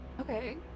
Okay